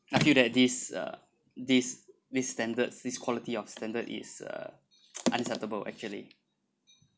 I feel that this uh this this standard this quality of standard is uh unacceptable actually